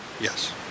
Yes